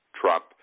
Trump